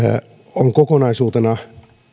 oli kokonaisuutena